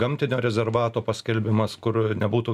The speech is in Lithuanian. gamtinio rezervato paskelbimas kur nebūtų